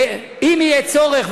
ואם יהיה צורך,